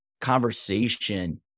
conversation